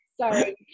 Sorry